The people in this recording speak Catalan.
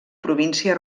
província